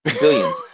Billions